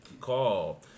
call